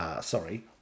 sorry